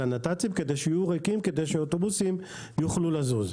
הנת"צים כדי שיהיו ריקים כדי שאוטובוסים יוכלו לזוז.